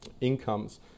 incomes